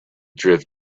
drift